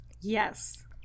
Yes